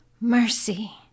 mercy